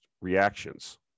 reactions